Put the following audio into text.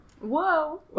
Whoa